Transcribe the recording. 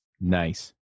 Nice